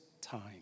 time